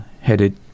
headed